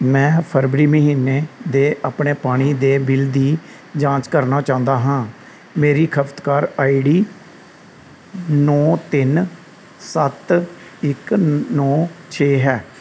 ਮੈਂ ਫਰਵਰੀ ਮਹੀਨੇ ਦੇ ਆਪਣੇ ਪਾਣੀ ਦੇ ਬਿੱਲ ਦੀ ਜਾਂਚ ਕਰਨਾ ਚਾਹੁੰਦਾ ਹਾਂ ਮੇਰੀ ਖਪਤਕਾਰ ਆਈਡੀ ਨੌਂ ਤਿੰਨ ਸੱਤ ਇੱਕ ਨੌਂ ਛੇ ਹੈ